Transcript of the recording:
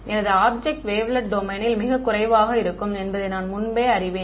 எனது object wavelet டொமைனில் மிகக் குறைவாக இருக்கும் என்பதை நான் முன்பே அறிவேன்